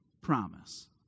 promise